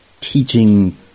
teaching